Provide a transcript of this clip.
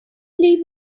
leave